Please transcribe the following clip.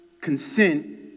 consent